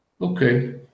Okay